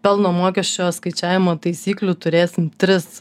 pelno mokesčio skaičiavimo taisyklių turėsim tris